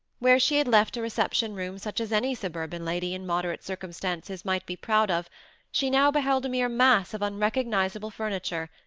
where she had left a reception-room such as any suburban lady in moderate circumstances might be proud of she now beheld a mere mass of unrecognisable furniture,